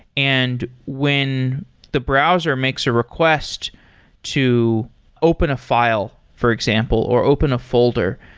and when the browser makes a request to open a file, for example, or open a folder,